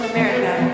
America